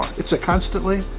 it's a constantly.